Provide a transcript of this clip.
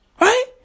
Right